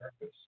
purpose